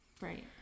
right